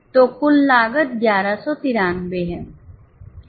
तो कुल लागत 1193 है